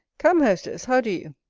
come, hostess, how do you?